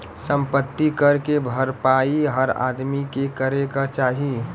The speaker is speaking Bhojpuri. सम्पति कर के भरपाई हर आदमी के करे क चाही